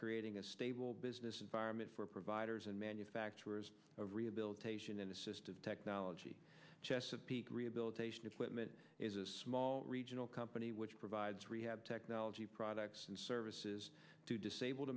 creating a stable business environment for providers and manufacturers of rehabilitation and assisted technology chesapeake rehabilitation equipment is a small regional company which provides rehab technology products and services to disabled